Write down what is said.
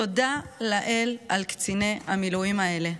תודה לאל על קציני המילואים האלה,